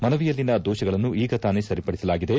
ಮನವಿಯಲ್ಲಿನ ದೋಷಗಳನ್ನು ಈಗ ತಾನೇ ಸರಿಪಡಿಸಲಾಗಿದೆ